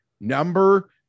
number